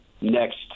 next